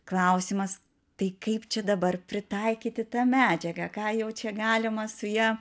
klausimas tai kaip čia dabar pritaikyti tą medžiagą ką jau čia galima su ja